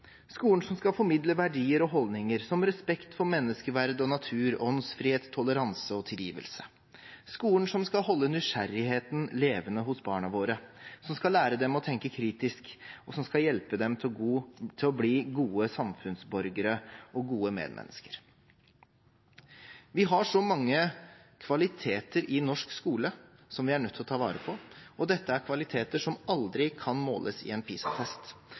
skolen som skal formidle verdier og holdninger som respekt for menneskeverd, natur, åndsfrihet, toleranse og tilgivelse, skolen som skal holde nysgjerrigheten levende hos barna våre, som skal lære dem å tenke kritisk, og som skal hjelpe dem til å bli gode samfunnsborgere og gode medmennesker. Vi har så mange kvaliteter i norsk skole som vi er nødt til å ta vare på, og dette er kvaliteter som aldri kan måles i en